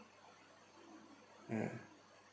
mm